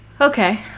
Okay